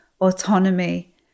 autonomy